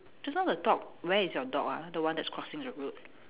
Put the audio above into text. just now the dog where is your dog ah the one that's crossing the road